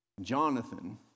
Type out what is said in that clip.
Jonathan